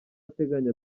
ateganya